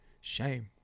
shame